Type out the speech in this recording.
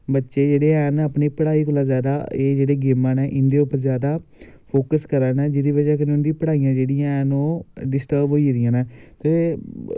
बच्चे जेह्ड़े हैन अपनी पढ़ाई कोला जादा एह् जेह्ड़े गेमा नै इं'दे उप्पर जादा फोक्स करा दे नै जेह्दी बज़ा कन्नै उं'दी पढ़ाईयां जेह्ड़ियां हैनओह् डिस्टर्व होई गेदियां नै ते